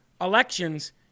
elections